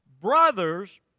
Brothers